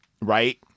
right